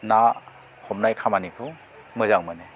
ना हमनाय खामानिखौ मोजां मोनो